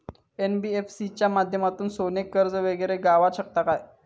NBFC च्या माध्यमातून सोने कर्ज वगैरे गावात शकता काय?